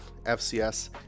fcs